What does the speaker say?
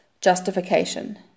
justification